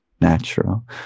natural